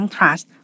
Trust